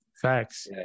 facts